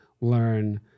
learn